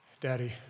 Daddy